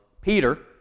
Peter